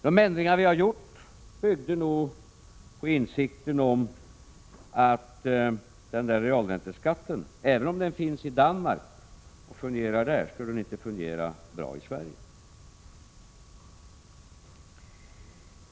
De ändringar vi har gjort byggde på insikten om att realränteskatten, även om den finns i Danmark och fungerar där, inte skulle fungera bra i Sverige.